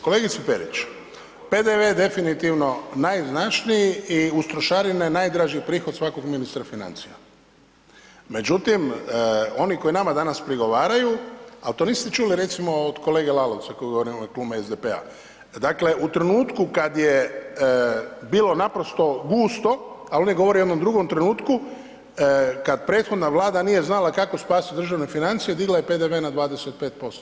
Kolegice Perić, PDV je definitivno najizdašniji i uz trošarine najdraži prihod svakog ministra financija međutim oni koji nama danas prigovaraju ali to niste čuli recimo od kolege Lalovca koji ... SDP-a, dakle u trenutku kad je bilo naprosto gusto a ovdje govorim o jednom drugom trenutku, kad prethodna Vlada nije znala kako spasiti državne financije, digla je PDV na 25%